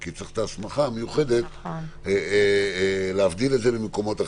כי צריך את ההסמכה המיוחדת להבדיל את זה ממקומות אחרים.